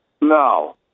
No